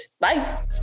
Bye